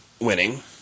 winning